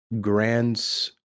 grants